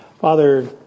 Father